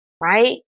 right